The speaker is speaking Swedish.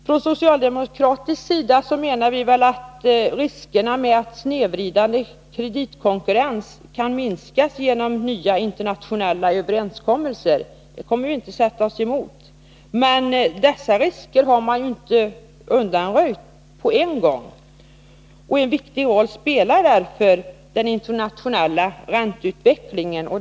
Från socialdemokratisk sida välkomnar vi att riskerna för snedvridande kreditkonkurrens minskas genom nya internationella överenskommelser. Dessa risker har emellertid inte en gång för alla undanröjts. En viktig roll spelar här den svåröverblickbara internationella ränteutvecklingen.